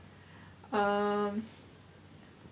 um